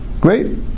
Great